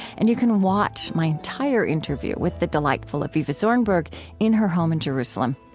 and you can watch my entire interview with the delightful avivah zornberg in her home in jerusalem.